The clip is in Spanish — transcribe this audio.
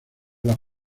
las